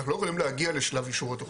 ואנחנו לא יכולים להגיע לשלב אישור התוכנית.